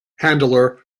handler